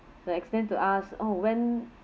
they explained to us orh when